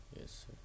Yes